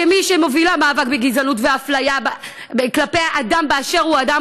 כמי שמובילה מאבק בגזענות ואפליה כלפי אדם באשר הוא אדם,